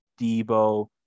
Debo